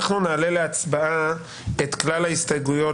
אנחנו נעלה להצבעה את כלל ההסתייגויות